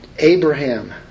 Abraham